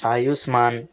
Ayushman